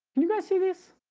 you guys see this